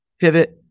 Pivot